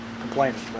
complaining